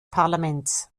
parlaments